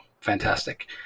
fantastic